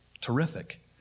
Terrific